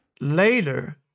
later